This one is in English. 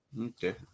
okay